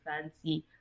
fancy